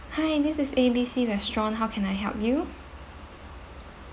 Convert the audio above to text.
hi this is A B C restaurant how can I help you